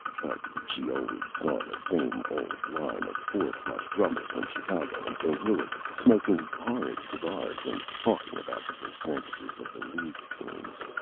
but she always saw the same old line of four-flush drummers from chicago and st. louis, smoking horrid cigars and talking about the percentages of the league teams.